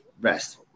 rest